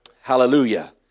hallelujah